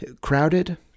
Crowded